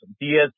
Diaz